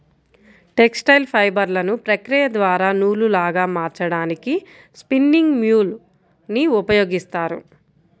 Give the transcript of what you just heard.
textile ఫైబర్లను ప్రక్రియ ద్వారా నూలులాగా మార్చడానికి స్పిన్నింగ్ మ్యూల్ ని ఉపయోగిస్తారు